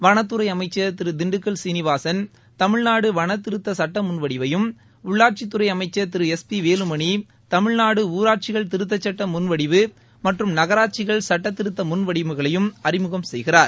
வனத்துறை அமைச்சா் திரு திண்டுக்கல் சீனிவாசன் தமிழ்நாடு வனத்திருத்த சுட்ட முன் வடிவையும் உள்ளாட்சித் துறை அமைச்சர் திரு திரு எஸ் பி வேலுமணி தமிழ்நாடு ஊராட்சிகள் திருத்த சுட்ட முன்வடிவு மற்றும் நகராட்சிகள் சட்ட திருத்த முன் வடிவுகளையும் அறிமுகம் செய்கிறார்